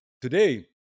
Today